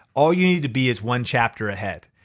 all you need to be is one chapter ahead.